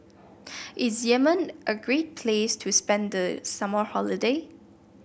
is Yemen a great place to spend the summer holiday